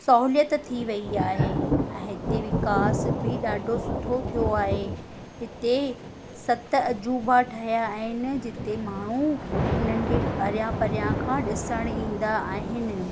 सहूलियत थी वयी आहे ऐं हिते विकास बि ॾाढो सुठो थियो आहे हिते सत अजूबा ठहिया आहिनि जिते माण्हू उन्हनि खे परियां परियां खां ॾिसणु ईंदा आहिनि